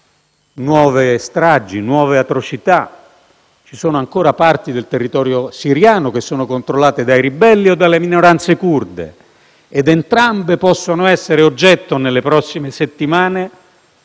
nuove stragi, nuove atrocità. Ci sono ancora parti del territorio siriano controllate dai ribelli o dalle minoranze curde, ed entrambe possono essere oggetto, nelle prossime settimane